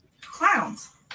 Clowns